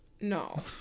No